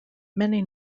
many